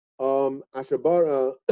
ashabara